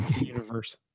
universe